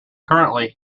currently